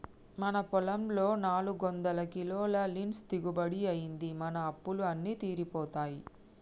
మన పొలంలో నాలుగొందల కిలోల లీన్స్ దిగుబడి అయ్యింది, మన అప్పులు అన్నీ తీరిపోతాయి